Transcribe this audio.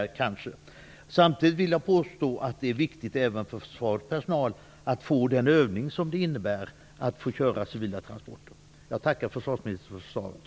Samtidigt vill jag påstå att det är viktigt även för försvarets personal att få den övning det innebär att få göra civila transporter. Jag tackar försvarsministern för svaret.